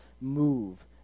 Move